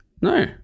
No